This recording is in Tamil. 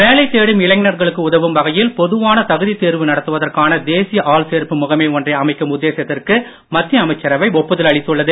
வேலை தேடும் இளைஞர்களுக்கு உதவும் வகையில் பொதுவான தகுதித் தேர்வு நடத்துவதற்கான தேசிய ஆள் சேர்ப்பு முகமை ஒன்றை அமைக்கும் உத்தேசத்திற்கு மத்திய அமைச்சரவை ஒப்புதல் அளித்துள்ளது